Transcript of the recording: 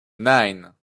nine